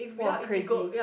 !wah! crazy